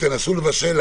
תנסו לבשל,